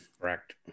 Correct